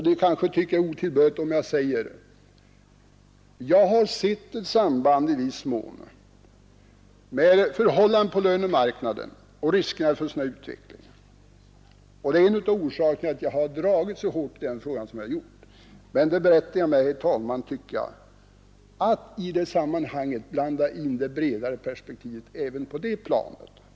Det kanske kan tyckas otillbörligt av mig att framhålla att jag i viss mån ser ett samband mellan förhållandena på lönemarknaden och riskerna för en utveckling av detta slag, men det är en av orsakerna till att jag drivit denna fråga så hårt som jag gjort. Detta har emellertid medfört att jag känt det berättigat, herr talman, att blanda in det bredare perspektivet även på det plan det nu gäller.